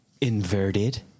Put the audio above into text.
inverted